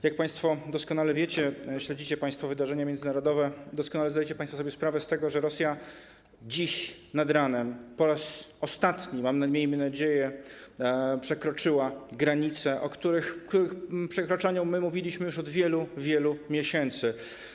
Jak państwo doskonale wiecie, śledzicie państwo wydarzenia międzynarodowe, doskonale zdajecie państwo sobie sprawę z tego, że Rosja dziś nad ranem, po raz ostatni, miejmy nadzieję, przekroczyła granice, o których przekraczaniu my mówiliśmy już od wielu, wielu miesięcy.